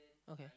okay